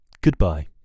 Goodbye